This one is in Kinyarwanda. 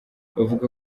bavuga